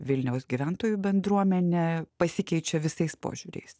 vilniaus gyventojų bendruomenė pasikeičia visais požiūriais